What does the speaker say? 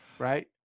Right